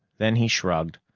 then he shrugged.